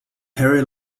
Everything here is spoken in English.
harry